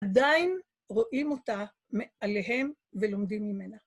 עדיין רואים אותה מעליהם ולומדים ממנה.